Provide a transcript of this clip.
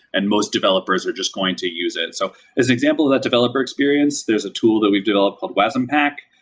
and most developers are just going to use it. so as an example of that developer experience, there's a tool that we've developed called wasm pack,